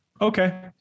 Okay